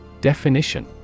Definition